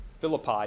Philippi